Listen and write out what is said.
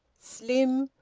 slim,